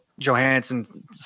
Johansson